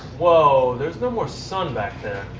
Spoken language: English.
whoa. there's no more sun back there.